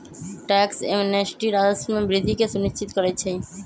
tax amnesty राजस्व में वृद्धि के सुनिश्चित करइ छै